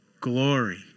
Glory